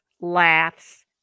laughs